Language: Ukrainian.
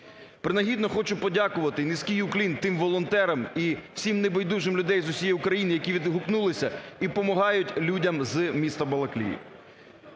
Принагідно, хочу подякувати, низький уклін тим волонтерам і всім небайдужим людям з усієї України, які відгукнулися і помагають людям з міста Балаклії.